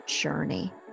journey